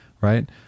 right